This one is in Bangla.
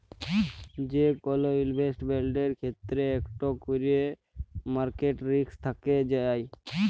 যে কল ইলভেসেটমেল্টের ক্ষেত্রে ইকট ক্যরে মার্কেট রিস্ক থ্যাকে যায়